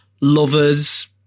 lovers